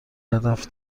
هدف